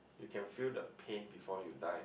you can feel the pain before you die